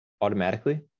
automatically